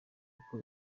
kuko